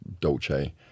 Dolce